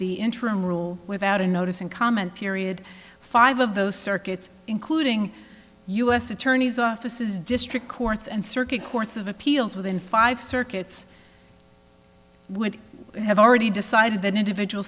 the interim rule without a notice and comment period five of those circuits including u s attorneys offices district courts and circuit courts of appeals within five circuits would have already decided that individual